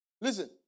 Listen